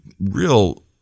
real